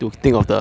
ya